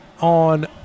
on